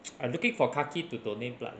I'm looking for kaki to donate blood